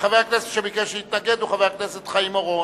חבר הכנסת שביקש להתנגד הוא חבר הכנסת אורון.